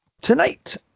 Tonight